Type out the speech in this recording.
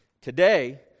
Today